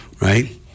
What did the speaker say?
right